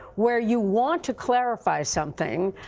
where you want to clarify something,